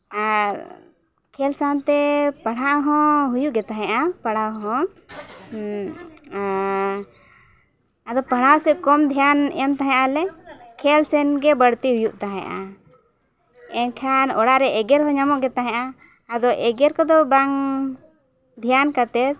ᱟᱨ ᱠᱷᱮᱞ ᱥᱟᱶᱛᱮ ᱯᱟᱲᱦᱟᱣ ᱦᱚᱸ ᱦᱩᱭᱩᱜ ᱜᱮ ᱛᱟᱦᱮᱸᱫᱼᱟ ᱯᱟᱲᱦᱟᱣ ᱦᱚᱸ ᱟᱨ ᱟᱫᱚ ᱯᱟᱲᱦᱟᱣ ᱥᱮᱫ ᱠᱚᱢ ᱫᱷᱮᱭᱟᱱ ᱮᱢ ᱛᱟᱦᱮᱸᱫ ᱟᱞᱮ ᱠᱷᱮᱞ ᱥᱮᱫ ᱜᱮ ᱵᱟᱹᱲᱛᱤ ᱦᱩᱭᱩᱜ ᱛᱟᱦᱮᱸᱫᱼᱟ ᱮᱱᱠᱷᱟᱱ ᱚᱲᱟᱜ ᱨᱮ ᱮᱜᱮᱨ ᱦᱚᱸ ᱧᱟᱢᱚᱜ ᱜᱮ ᱛᱟᱦᱮᱸᱫᱼᱟ ᱟᱫᱚ ᱮᱜᱮᱨ ᱠᱚᱫᱚ ᱵᱟᱝ ᱫᱷᱮᱭᱟᱱ ᱠᱟᱛᱮᱫ